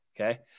okay